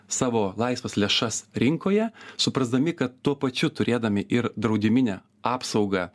savo laisvas lėšas rinkoje suprasdami kad tuo pačiu turėdami ir draudiminę apsaugą